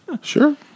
sure